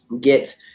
get